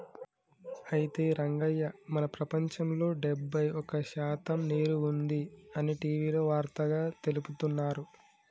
అయితే రంగయ్య మన ప్రపంచంలో డెబ్బై ఒక్క శాతం నీరు ఉంది అని టీవీలో వార్తగా తెలుపుతున్నారు